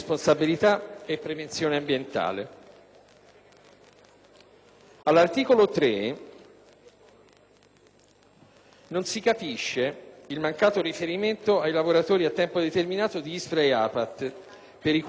non si capisce il mancato riferimento ai lavoratori a tempo determinato di ISPRA e APAT per i quali dovrebbe, comunque, essere assicurata la possibilità di stabilizzazione già prevista dal Governo precedente.